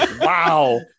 Wow